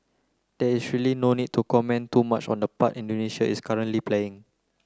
there is really no need to comment too much on the part Indonesia is currently playing